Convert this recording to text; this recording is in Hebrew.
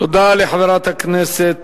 תודה לחברת הכנסת